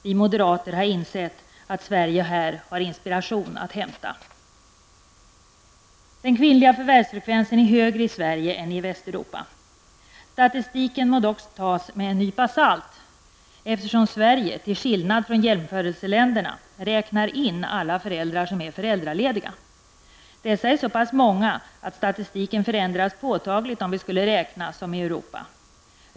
Vi moderater har insett att Sverige här har inspiration att hämta. Den kvinnliga förvärvsfrekvensen är högre i Sverige än i Europa. Statistiken må dock tas med en nypa salt, eftersom Sverige till skillnad från jämförelseländerna räknar in alla föräldrar som är föräldralediga. Dessa är så pass många att statistiken förändras påtagligt, om vi skulle räkna som i Europa.